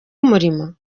umurimo